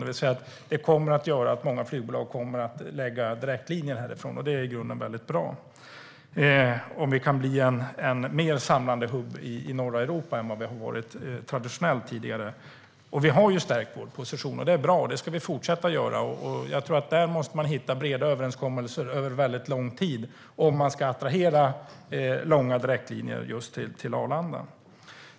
Det kommer alltså att göra att många flygbolag kommer att lägga direktlinjer härifrån, och det är i grunden bra om vi kan bli en mer samlande hubb i norra Europa än vad vi traditionellt har varit. Vi har stärkt vår position. Det är bra, och det ska vi fortsätta att göra. Jag tror att man måste hitta breda överenskommelser över lång tid om man ska attrahera långa direktlinjer just till Arlanda.